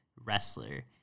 wrestler